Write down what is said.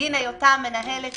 בגין היותה מנהלת